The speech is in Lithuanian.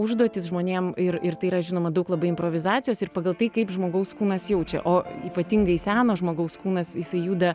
užduotis žmonėm ir ir tai yra žinoma daug labai improvizacijos ir pagal tai kaip žmogaus kūnas jaučia o ypatingai seno žmogaus kūnas jisai juda